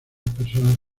personas